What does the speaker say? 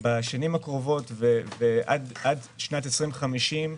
בשנים הקרובות, עד שנת 2050,